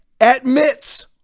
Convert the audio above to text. admits